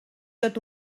tot